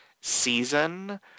season